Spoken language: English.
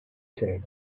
said